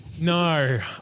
No